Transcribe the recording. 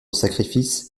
sacrifice